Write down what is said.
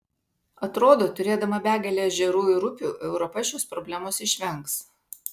atrodo turėdama begalę ežerų ir upių europa šios problemos išvengs